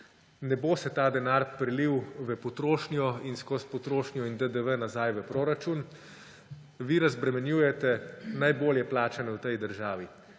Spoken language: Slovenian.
denar se ne bo prelil v potrošnjo in skozi potrošnjo in DDV nazaj v proračun. Vi razbremenjujete najbolje plačane v tej državi.